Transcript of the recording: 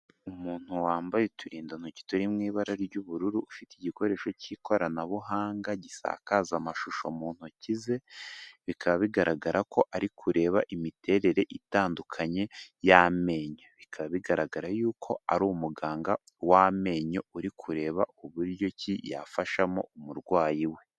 Umuntu wambaye uturindantoki turi mu ibara ry'ubururu, ufite igikoresho cy'ikoranabuhanga gisakaza amashusho, mu ntoki ze, bikaba bigaragara ko ari kureba imiterere itandukanye y'amenyo, bikaba bigaragara yuko ari umuganga w'amenyo uri kureba uburyo ki yafashamo umurwayi we.